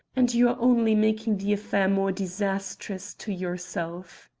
and you are only making the affair more disastrous to yourself.